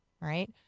right